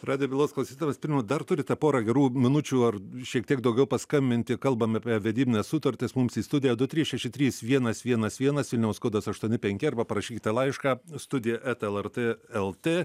radijo bylos klausytojams primenu dar turite porą gerų minučių ar šiek tiek daugiau paskambinti kalbame apie vedybines sutartis mums į studiją du trys šeši trys vienas vienas vienas vilniaus kodas aštuoni penki arba parašykite laišką studija eta lrt lt